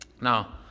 Now